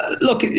look